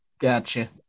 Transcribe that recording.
Gotcha